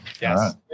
yes